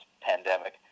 pandemic